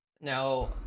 now